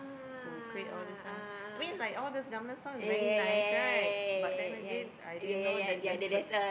who create all these stuff I mean like all these gamelan song is very nice right but then again I didn't know that there's a